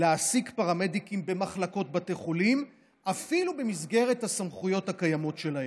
להעסיק פרמדיקים במחלקות בתי חולים אפילו במסגרת הסמכויות הקיימות שלהם.